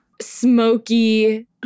smoky